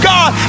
God